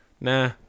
nah